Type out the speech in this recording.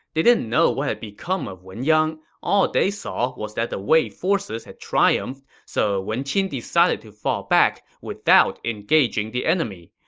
they didn't know what had become of wen yang. all they saw was that the wei forces had triumphed, so wen qin decided to fall back without engaging the enemy.